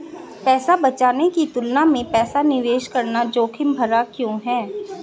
पैसा बचाने की तुलना में पैसा निवेश करना जोखिम भरा क्यों है?